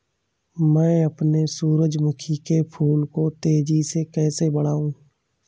मैं अपने सूरजमुखी के फूल को तेजी से कैसे बढाऊं?